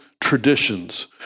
traditions